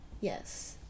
yes